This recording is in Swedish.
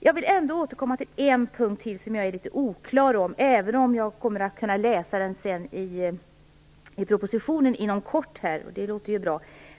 Jag vill återkomma till en punkt som jag tycker är litet oklar, även om jag kommer att kunna läsa om detta i propositionen inom kort.